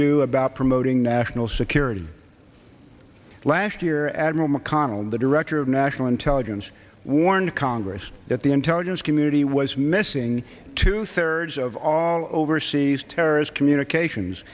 do about promoting national security last year admiral mcconnell the director of national intelligence warned congress that the intelligence community was missing two thirds of all overseas terrorist communications